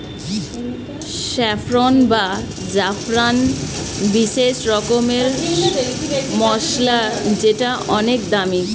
saffron বা জাফরান বিশেষ রকমের মসলা যেটা অনেক দামি